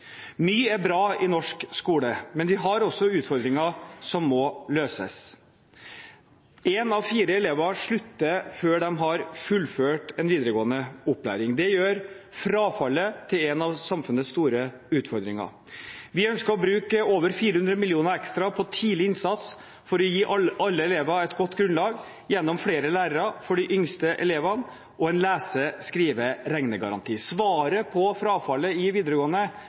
Mye er bra i norsk skole, men vi har også utfordringer som må løses. En av fire elever slutter før de har fullført en videregående opplæring. Det gjør frafallet til en av samfunnets store utfordringer. Vi ønsker å bruke over 400 mill. kr ekstra på tidlig innsats for å gi alle elever et godt grunnlag gjennom flere lærere for de yngste elevene og en lese-, skrive- og regnegaranti. Svaret på frafallet i videregående